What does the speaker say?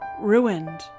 ruined